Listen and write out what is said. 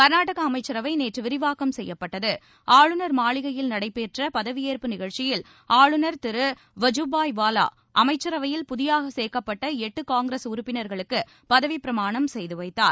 கர்நாடகா அமைச்சரவை நேற்று விரிவாக்கம் செய்யப்பட்டது ஆளுநர் மாளிகையில் நடைபெற்ற பதவியேற்பு நிகழ்ச்சியில் ஆளுநர் திரு வஜுபாய்வாவா அமைச்சரவையில் புதிதாக சேர்க்கப்பட்ட எட்டு காய்கிரஸ் உறுப்பினர்களுக்கு பதவிப்பிரமாணம் செய்து வைத்தார்